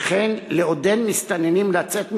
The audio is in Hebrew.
וכן לעודד מסתננים לצאת מישראל.